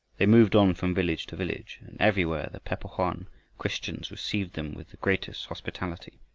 they moved on from village to village and everywhere the pe-po-hoan christians received them with the greatest hospitality.